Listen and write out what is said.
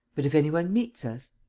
but if any one meets us?